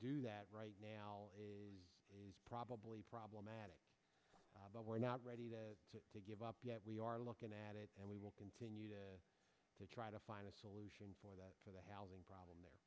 do that right now is probably problematic but we're not ready to give up yet we are looking at it and we will continue to try to find a solution for the for the housing problem th